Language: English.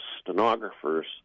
stenographers